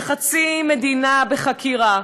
כשחצי מדינה בחקירה,